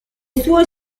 sue